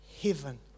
heaven